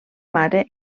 mare